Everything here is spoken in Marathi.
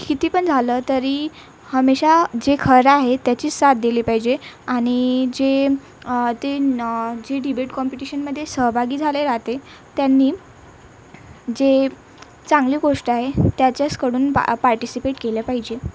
कितीपण झालं तरी हमेशा जे खरं आहे त्याची साथ दिली पाहिजे आणि जेम् ते न जे डिबेट कॉम्पिटिशनमध्ये सहभागी झाले राहते त्यांनी जे चांगली गोष्ट आहे त्याच्याचकडून पा पार्टिसिपेट केलं पाहिजे